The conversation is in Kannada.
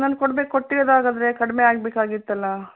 ನಾನು ಕೊಡ್ಬೇಕು ಕೊಟ್ಟಿರೋರು ಹಾಗಾದ್ರೆ ಕಡಿಮೆ ಆಗಬೇಕಾಗಿತ್ತಲ್ಲಾ